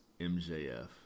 MJF